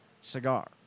cigar